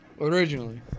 Originally